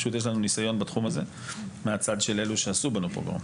פשוט יש לנו ניסיון בתחום הזה מהצד של אלו שעשו בנו פוגרום,